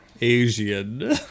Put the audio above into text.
Asian